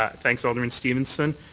thanks, alderman stevenson.